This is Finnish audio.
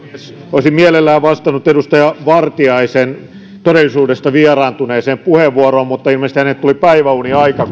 olisin mielelläni vastannut edustaja vartiaisen todellisuudesta vieraantuneeseen puheenvuoroon mutta ilmeisesti hänelle tuli päiväuniaika